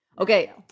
okay